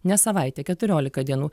ne savaitę keturiolika dienų